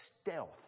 stealth